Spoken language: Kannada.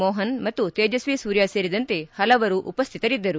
ಮೋಹನ್ ಮತ್ತು ತೇಜಶ್ವಿ ಸೂರ್ಯ ಸೇರಿದಂತೆ ಪಲವರು ಉಪಸ್ಥಿತರಿದ್ದರು